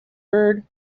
heard